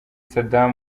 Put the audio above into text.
saddam